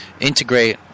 integrate